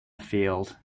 field